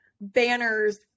banners